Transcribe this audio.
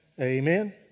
Amen